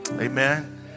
amen